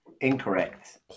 Incorrect